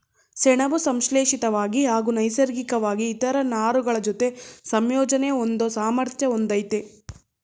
ಸೆಣಬು ಸಂಶ್ಲೇಷಿತ್ವಾಗಿ ಹಾಗೂ ನೈಸರ್ಗಿಕ್ವಾಗಿ ಇತರ ನಾರುಗಳಜೊತೆ ಸಂಯೋಜನೆ ಹೊಂದೋ ಸಾಮರ್ಥ್ಯ ಹೊಂದಯ್ತೆ